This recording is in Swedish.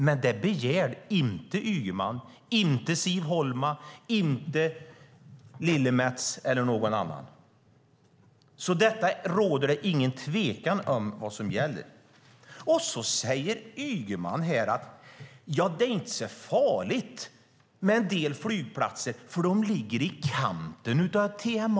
Men det begär inte Ygeman, inte Siv Holma, inte Lillemets eller någon annan. Här råder det ingen tvekan om vad som gäller. Så säger Ygeman att det inte är så farligt med en del flygplatser som ligger i utkanten av TMA.